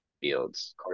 Fields